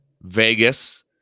Vegas